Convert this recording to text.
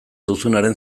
duzubaren